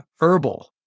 herbal